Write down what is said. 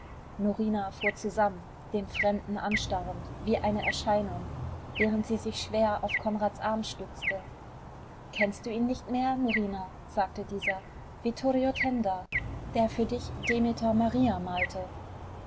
norina fuhr zusammen den fremden anstarrend wie eine erscheinung während sie sich schwer auf konrads arm stützte kennst du ihn nicht mehr norina sagte dieser vittorio tenda der für dich demeter maria malte